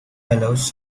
allows